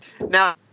Now